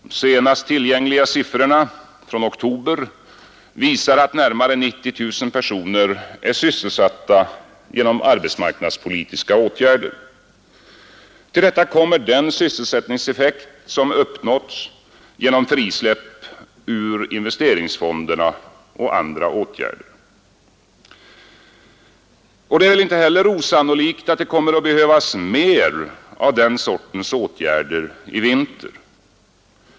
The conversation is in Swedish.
De senast tillgängliga siffrorna, från oktober, visar att närmare 90000 personer är sysselsatta genom arbetsmarknadspolitiska åtgärder. Till detta kommer den sysselsättningseffekt som uppnåtts genom frisläpp ur investeringsfonderna och andra åtgärder. Det är väl inte heller osannolikt att det kommer att behövas mer av den sortens åtgärder i vinter.